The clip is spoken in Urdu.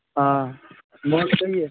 ہاں مال چلیے